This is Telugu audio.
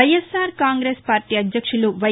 వైఎస్సార్ కాంగ్రెస్ పార్టీ అధ్యక్షులు వై